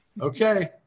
okay